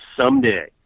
someday